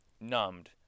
numbed